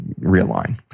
realign